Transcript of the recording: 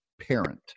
parent